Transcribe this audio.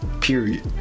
period